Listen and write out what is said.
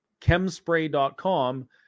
chemspray.com